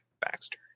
Baxter